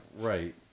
Right